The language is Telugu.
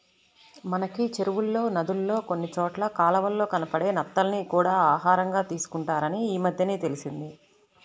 మనకి చెరువుల్లో, నదుల్లో కొన్ని చోట్ల కాలవల్లో కనబడే నత్తల్ని కూడా ఆహారంగా తీసుకుంటారని ఈమద్దెనే తెలిసింది